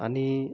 आणि